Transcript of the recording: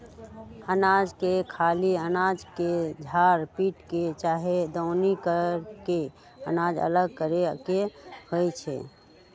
अनाज के खाली अनाज के झार पीट के चाहे दउनी क के अनाज अलग करे के होइ छइ